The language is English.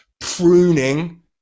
pruning